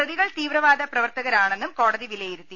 പ്രതികൾ തീവ്രവാദ പ്രവർത്തകരാണെന്നും കോടതി വിലയിരുത്തി